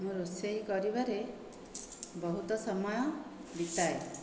ମୁଁ ରୋଷେଇ କରିବାରେ ବହୁତ ସମୟ ବିତାଏ